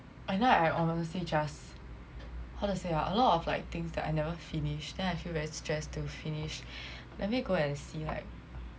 I know I honestly just how to say ah a lot of like things that I never finished then I feel very stressed to finish let me go and see like